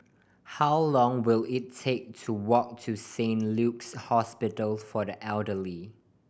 how long will it take to walk to Saint Luke's Hospital for the Elderly